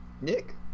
Nick